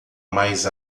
mais